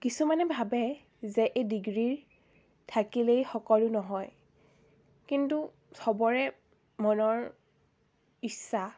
কিছুমানে ভাবে যে এই ডিগ্ৰী থাকিলেই সকলো নহয় কিন্তু সবৰে মনৰ ইচ্ছা